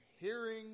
hearing